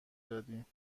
دادیم